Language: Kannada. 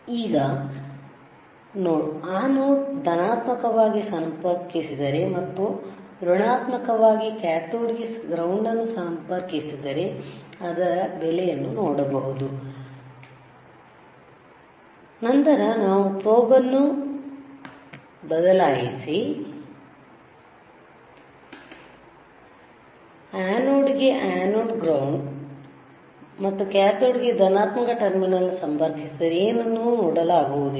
ಈಗ ಆನೋಡ್ಗೆ ಧನಾತ್ಮಕವಾಗಿ ಸಂಪರ್ಕಿಸಿದರೆ ಮತ್ತು ಋಣಾತ್ಮಕವಾಗಿ ಕ್ಯಾಥೋಡ್ಗೆ ಗ್ರೌಂಡ್ ನ್ನು ಸಂಪರ್ಕಿಸಿದರೆ ಅದರ ಬೆಲೆಯನ್ನು ನೋಡಬಹುದು ನಂತರ ನಾವು ಪ್ರೋಬ್ ಅನ್ನು ಬದಲಾಯಿಸಿ ಆನೋಡ್ಗೆಗೆ ಆನೋಡ್ಗೆ ಗ್ರೌಂಡ್ ಮತ್ತು ಕ್ಯಾಥೋಡ್ಗೆ ಧನಾತ್ಮಕ ಟರ್ಮಿನಲ್ ಸಂಪರ್ಕಿಸಿದರೆ ಏನನ್ನೂ ನೋಡಲಾಗುವುದಿಲ್ಲ